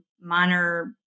minor